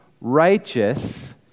righteous